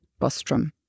Bostrom